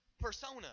persona